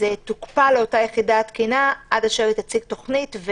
תוקפא לאותה יחידה התקינה עד אשר היא תציג תוכנית.